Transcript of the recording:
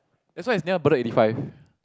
that's why it's near Bedok eighty five